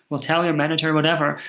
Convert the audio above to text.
we'll tell your manager, whatever.